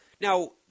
Now